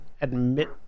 admit